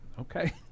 Okay